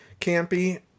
campy